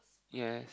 ya